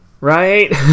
Right